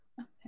Okay